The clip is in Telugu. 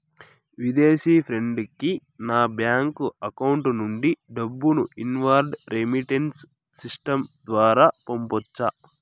విదేశీ ఫ్రెండ్ కి నా బ్యాంకు అకౌంట్ నుండి డబ్బును ఇన్వార్డ్ రెమిట్టెన్స్ సిస్టం ద్వారా పంపొచ్చా?